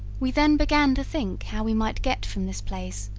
we then began to think how we might get from this place,